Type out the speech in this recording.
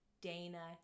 Dana